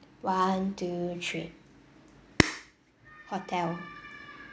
one two three hotel